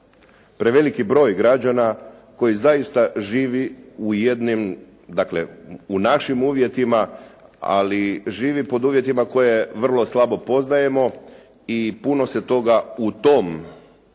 preveliki broj građana koji zaista živi u jedim dakle u našim uvjetima, ali živi pod uvjetima koje vrlo slabo poznajemo i puno se toga u tom našem